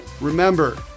Remember